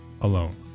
alone